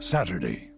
Saturday